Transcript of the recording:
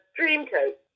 Dreamcoat